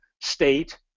state